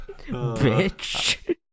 bitch